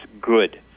good